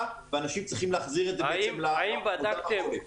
ואנשים צריכים להחזיר את זה בעצם לאותה מכולת.